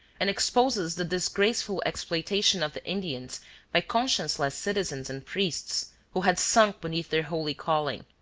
and exposes the disgraceful exploitation of the indians by conscienceless citizens and priests who had sunk beneath their holy calling.